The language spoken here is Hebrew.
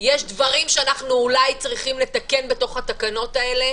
יש דברים שאולי אנחנו צריכים לתקן בתוך התקנות האלה